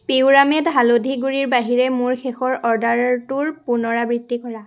পিউৰামেট হালধি গুড়িৰ বাহিৰে মোৰ শেষৰ অৰ্ডাৰটোৰ পুনৰাবৃত্তি কৰা